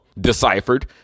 deciphered